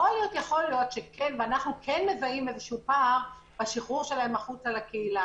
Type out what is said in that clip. אנחנו מזהים פער בשחרור שלהם החוצה לקהילה.